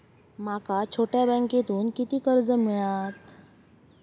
माका छोट्या बँकेतून किती कर्ज मिळात?